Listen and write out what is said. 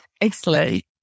Excellent